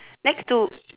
next to